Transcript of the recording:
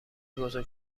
بزرگ